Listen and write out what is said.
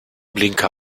blinker